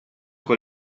con